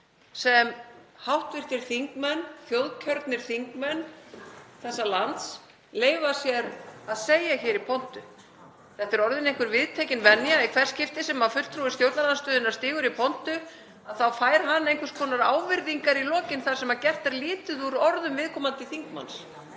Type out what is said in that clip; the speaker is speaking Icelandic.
sem hv. þingmenn, þjóðkjörnir þingmenn þessa lands, leyfa sér að segja í pontu. Þetta er orðin einhver viðtekin venja; í hvert skipti sem fulltrúi stjórnarandstöðunnar stígur í pontu þá fær hann einhvers konar ávirðingar í lokin þar sem gert er lítið úr orðum viðkomandi þingmanns.